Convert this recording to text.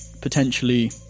potentially